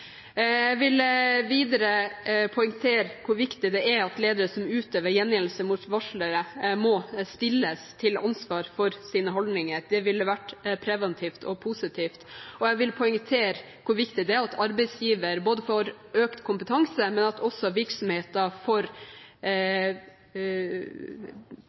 Jeg vil videre poengtere hvor viktig det er at ledere som utøver gjengjeldelse mot varslere, må stilles til ansvar for sine holdninger. Det ville vært preventivt og positivt. Jeg vil også poengtere hvor viktig det er både at arbeidsgiver får økt kompetanse, og at